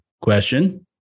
question